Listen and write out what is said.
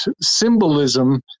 symbolism